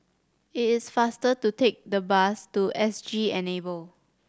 it is faster to take the bus to S G Enable